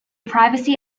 privacy